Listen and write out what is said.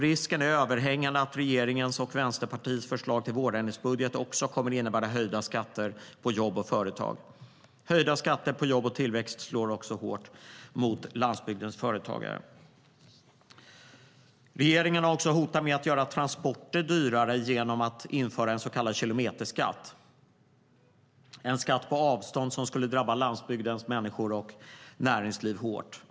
Risken är överhängande att regeringens och Vänsterpartiets förslag till vårändringsbudget också kommer att innebära höjda skatter på jobb och företag. Höjda skatter på jobb och tillväxt slår också hårt mot landsbygdens företagare. Regeringen har också hotat med att göra transporter dyrare genom att införa en så kallad kilometerskatt. Det är en skatt på avstånd som skulle drabba landsbygdens människor och näringsliv hårt.